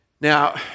Now